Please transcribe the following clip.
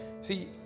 See